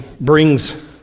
brings